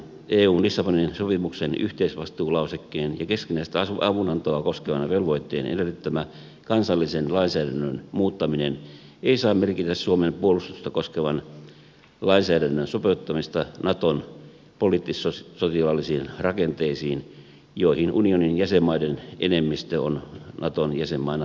eun lissabonin sopimuksen yhteisvastuulausekkeen ja keskinäistä avunantoa koskevan velvoitteen edellyttämä kansallisen lainsäädännön muuttaminen ei saa merkitä suomen puolustusta koskevan lainsäädännön sopeuttamista naton poliittis sotilaallisiin rakenteisiin joihin unionin jäsenmaiden enemmistö on naton jäsenmaina sitoutunut